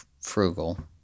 frugal